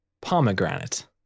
pomegranate